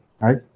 right